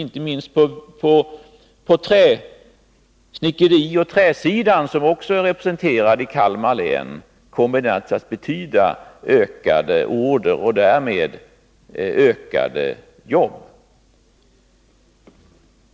Inte minst inom träoch snickeriindustrin, som bl.a. är representerad i Kalmar län, kommer detta att betyda ökad orderingång och därmed fler jobb.